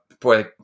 Boy